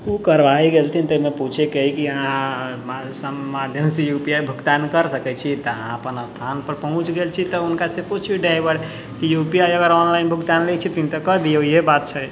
ओ करबाबै गेलथिन तऽ एहिमे पूछैके हइ कि अहाँ माध्यमसँ यू पी आइ भुगतान करि सकै छी तऽ अहाँ अपन स्थानपर पहुँच गेल छी तऽ हुनकासँ पूछू ड्राइवर यू पी आइ अगर ऑनलाइन भुगतान लै छथिन तऽ कऽ दिऔ इएह बात छै